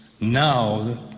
now